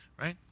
right